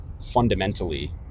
fundamentally